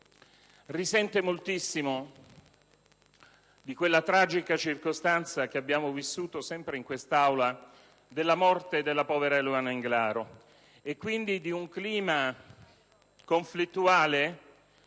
risenta fortemente della tragica circostanza, vissuta sempre in quest'Aula, della morte della povera Eluana Englaro e, quindi, di un clima conflittuale